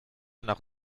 nach